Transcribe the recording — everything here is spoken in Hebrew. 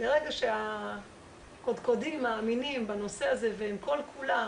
מרגע שהקדקודים מאמינים בנושא הזה והם כל כולם